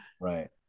Right